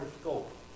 scope